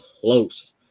close